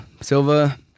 Silva